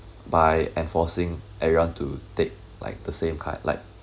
by enforcing everyone to take like the same card like